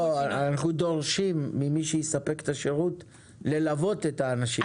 אנחנו דורשים ממי שיספק את השירות ללוות את האנשים.